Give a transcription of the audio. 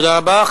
תודה רבה.